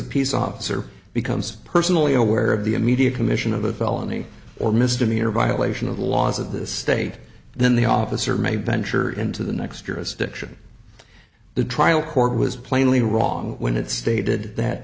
peace officer becomes personally aware of the immediate commission of a felony or misdemeanor violation of the laws of this state then the officer may venture into the next jurisdiction the trial court was plainly wrong when it stated that